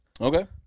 Okay